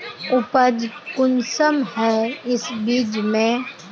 उपज कुंसम है इस बीज में?